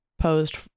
posed